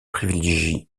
privilégient